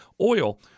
oil